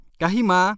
kahima